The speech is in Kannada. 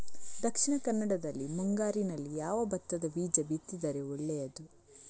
ದಕ್ಷಿಣ ಕನ್ನಡದಲ್ಲಿ ಮುಂಗಾರಿನಲ್ಲಿ ಯಾವ ಭತ್ತದ ಬೀಜ ಬಿತ್ತಿದರೆ ಒಳ್ಳೆಯದು?